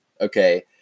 Okay